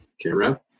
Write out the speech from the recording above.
camera